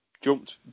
jumped